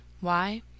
Why